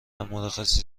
مرخصی